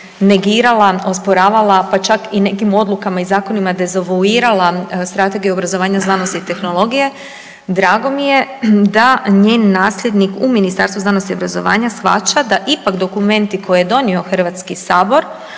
negirala, osporavala, pa čak i nekim odlukama i zakonima dezavuirala strategiju obrazovanja, znanosti i tehnologije. Drago mi je da njen nasljednik u Ministarstvu znanosti i obrazovanja shvaća da ipak dokumenti koje je donio HS, pogotovo